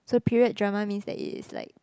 so period drama means that it is like